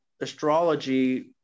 astrology